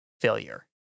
failure